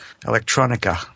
electronica